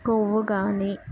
కొవ్వుగానే